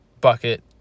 bucket